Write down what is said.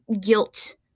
guilt